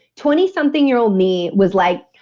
twenty something year-old me was like,